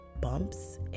bumps